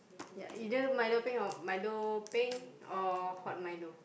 ya either milo peng or milo peng or hot milo